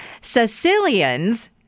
Sicilian's